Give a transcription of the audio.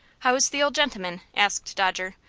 how's the old gentleman? asked dodger.